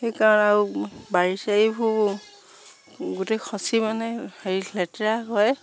সেইকাৰণে আৰু বাৰী চাৰীবোৰ গোটেই খচি মানে হেৰি লেতেৰা কৰে